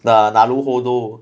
the naruhodo